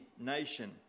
nation